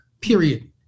period